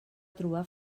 trobar